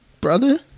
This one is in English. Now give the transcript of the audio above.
brother